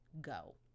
go